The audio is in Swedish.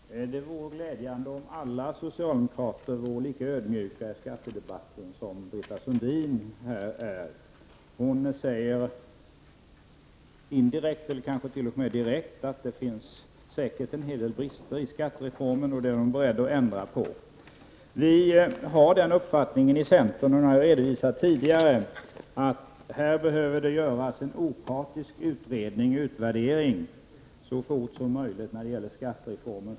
Herr talman! Det skulle glädja mig om alla socialdemokrater vore lika ödmjuka i skattedebatten som Britta Sundin här är. Hon säger mer eller mindre direkt att det säkert finns en hel del brister i fråga om skattereformen och att hon är beredd att verka för ändringar. Vi i centern har uppfattningen, och det har jag tidigare redovisat, att det är nödvändigt att en opartisk utredning eller utvärdering så fort som möjligt görs när det gäller skattereformen.